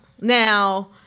Now